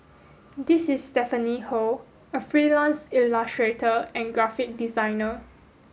this is Stephanie Ho a freelance illustrator and graphic designer